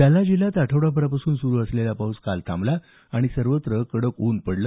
जालना जिल्ह्यात आठवडाभरापासून सुरू असलेला पाऊस काल थांबला आणि सर्वत्र कडक ऊन पडलं